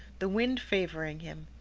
the wind favouring him.